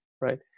right